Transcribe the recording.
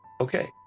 Okay